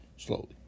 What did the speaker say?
slowly